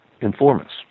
informants